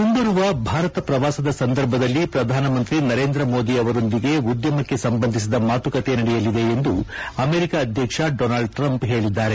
ಮುಂಬರುವ ಭಾರತ ಪ್ರವಾಸದ ಸಂದರ್ಭದಲ್ಲಿ ಪ್ರಧಾನಮಂತ್ರಿ ನರೇಂದ್ರ ಮೋದಿ ಅವರೊಂದಿಗೆ ಉದ್ಯಮಕ್ಕೆ ಸಂಬಂಧಿಸಿದ ಮಾತುಕತೆ ನಡೆಯಲಿದೆ ಎಂದು ಅಮೆರಿಕಾ ಅಧ್ಯಕ್ಷ ಡೊನಾಲ್ಡ್ ಟ್ರಂಪ್ ಹೇಳಿದ್ದಾರೆ